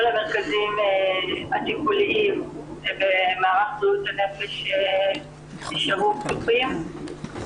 כל המרכזים הטיפוליים במערך בריאות הנפש יישארו פתוחים.